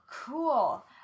Cool